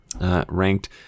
Ranked